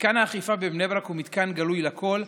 מתקן האכיפה בבני ברק הוא מתקן גלוי לכול,